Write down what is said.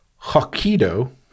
Hokkaido